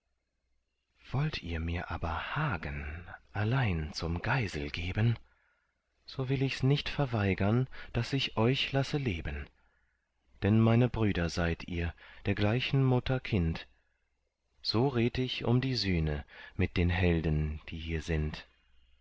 wollt ihr mir aber hagen allein zum geisel geben so will ichs nicht verweigern daß ich euch lasse leben denn meine brüder seid ihr der gleichen mutter kind so red ich um die sühne mit den helden die hier sind